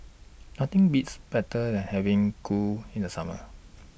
Nothing Beats Better and having Kuih in The Summer